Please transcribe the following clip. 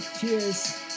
Cheers